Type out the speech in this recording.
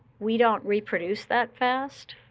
we don't reproduce that fast,